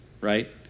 right